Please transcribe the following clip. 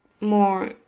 more